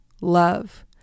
love